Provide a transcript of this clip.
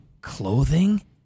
Clothing